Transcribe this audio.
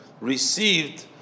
received